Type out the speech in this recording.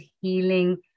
healing